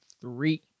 three